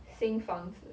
新房子